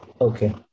Okay